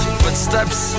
footsteps